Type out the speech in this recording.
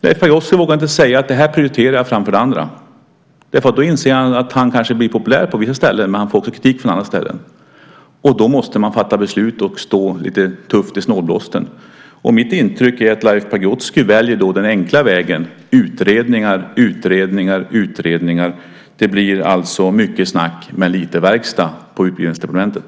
Leif Pagrotsky vågar inte säga: Det här prioriterar jag framför det andra. Han inser att han kanske blir populär på vissa ställen, men han får också kritik från andra ställen. Då måste man fatta beslut och stå lite tufft i snålblåsten. Mitt intryck är att Leif Pagrotsky väljer den enkla vägen: utredningar, utredningar och utredningar. Det blir alltså mycket snack men lite verkstad på Utbildningsdepartementet.